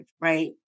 right